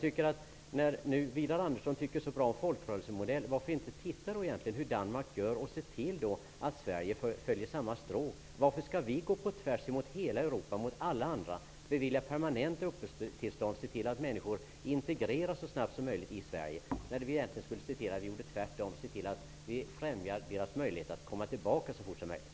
När nu Widar Andersson tycker så bra om folkrörelsemodeller, varför inte titta på hur Danmark gör och se till att Sverige följer i samma spår. Varför skall vi gå på tvärs mot hela Europa, mot alla andra, och bevilja permanenta uppehållstillstånd och se till att människor integreras så snabbt som möjligt i Sverige, när vi i stället borde göra tvärtom? Vi borde främja deras möjlighet att komma tillbaka så fort som möjligt.